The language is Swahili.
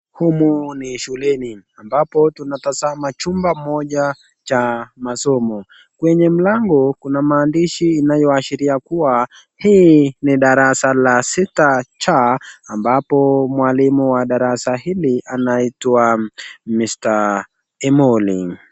Humo ni shuleni ambapo tunatazama chumba moja cha masomo. Kwenye mlango kuna maandishi inayoashiria kuwa hii ni darasa la sita cha ambapo mwalimu wa darasa hili anaitwa Mr. Emoli.